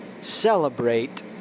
celebrate